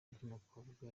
ry’umukobwa